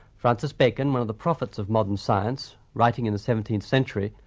francis bacon, one of the prophets of modern science, writing in the seventeenth century,